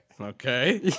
Okay